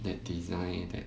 that design that